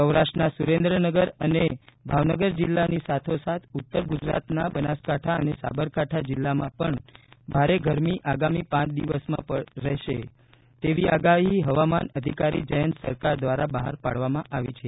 સૌરાષ્ટ્રના સુરેન્દ્રનગર અને ભાવનગર જિલ્લાની સાથોસાથ ઉત્તર ગુજરાતના બનાસકાંઠા અને સાબરકાંઠા જિલ્લામાં પણ ભારે ગરમી આગામી પાંચ દિવસમાં પડશે તેવી આગાહી હવામાન અધિકારી જયંત સરકાર દ્વારા બહાર પાડવામાં આવી છે